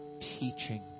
teaching